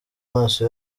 maso